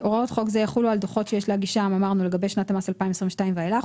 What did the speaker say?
הוראות חוק זה יחולו על דוחות שיש להגישם לגבי שנת המס 2022 ואילך,